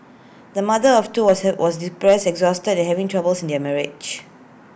the mother of two was have was depressed exhausted and having troubles in her marriage